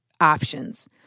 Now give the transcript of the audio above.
options